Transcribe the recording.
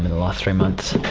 last three months,